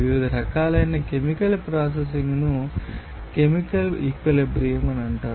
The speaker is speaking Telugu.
వివిధ రకాలైన కెమికల్ ప్రాసెసింగ్ను కెమికల్ ఈక్విలిబ్రియం అంటారు